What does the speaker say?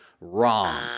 Wrong